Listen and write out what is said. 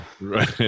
right